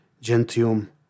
gentium